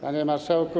Panie Marszałku!